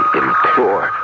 implore